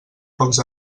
pocs